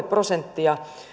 prosenttia